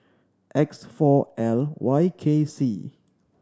X four L Y K C